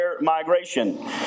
migration